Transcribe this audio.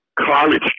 college